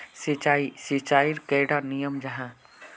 सिंचाई सिंचाईर कैडा नियम जाहा?